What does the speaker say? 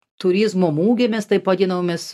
turizmo mugėmis taip vadinamomis